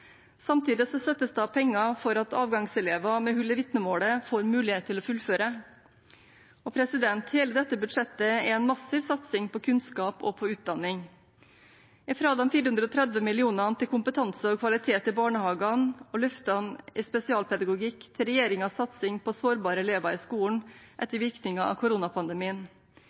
Samtidig settes det av penger for at avgangselever med hull i vitnemålet får mulighet til å fullføre. Hele dette budsjettet er en massiv satsing på kunnskap og utdanning, fra de 430 mill. kr til kompetanse og kvalitet i barnehagene og løftene i spesialpedagogikk til regjeringens satsing å sårbare elever i skolen etter virkninger av koronapandemien,